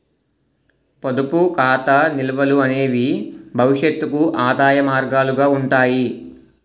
పొదుపు ఖాతా నిల్వలు అనేవి భవిష్యత్తుకు ఆదాయ మార్గాలుగా ఉంటాయి